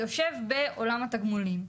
יושב בעולם התגמולים.